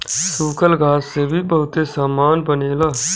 सूखल घास से भी बहुते सामान बनेला